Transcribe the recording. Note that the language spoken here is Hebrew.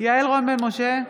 יעל רון בן משה,